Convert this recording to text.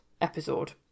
episode